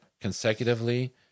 consecutively